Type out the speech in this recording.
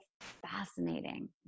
fascinating